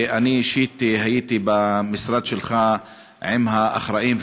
אני אישית הייתי במשרד שלך עם האחראים,